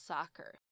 Soccer